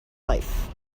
life